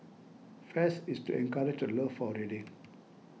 fest is to encourage the love for reading